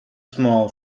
small